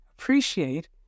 appreciate